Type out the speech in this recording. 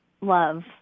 love